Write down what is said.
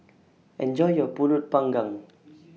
Enjoy your Pulut Panggang